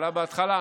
שהתפלאה בהתחלה: